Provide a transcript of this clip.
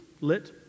lit